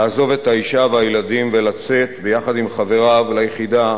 לעזוב את האשה והילדים ולצאת ביחד עם חבריו ליחידה